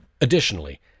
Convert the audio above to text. Additionally